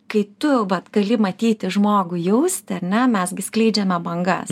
kai tu gali matyti žmogų jausti ar ne mes gi skleidžiame bangas